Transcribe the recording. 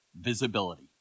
visibility